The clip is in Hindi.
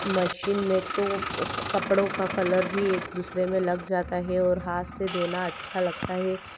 मशीन में तो कपड़े का कलर भी एक दूसरे में लग जाता है हाथ से धोना अच्छा लगता है